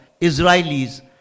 israelis